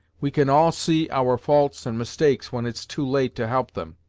we can all see our faults and mistakes when it's too late to help them!